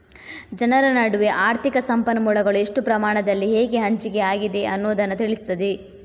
ಜನರ ನಡುವೆ ಆರ್ಥಿಕ ಸಂಪನ್ಮೂಲಗಳು ಎಷ್ಟು ಪ್ರಮಾಣದಲ್ಲಿ ಹೇಗೆ ಹಂಚಿಕೆ ಆಗಿದೆ ಅನ್ನುದನ್ನ ತಿಳಿಸ್ತದೆ